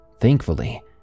Thankfully